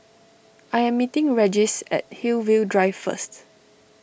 I am meeting Regis at Hillview Drive first